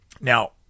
Now